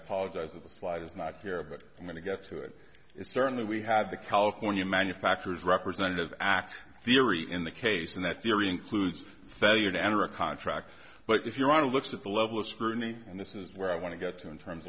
apologize of the slide is not care but i'm going to get to it is certainly we had the california manufacturers representative act theory in the case and that theory includes failure to enter a contract but if you want to look at the level of scrutiny and this is where i want to get to in terms